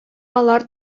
алар